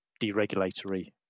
deregulatory